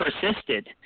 persisted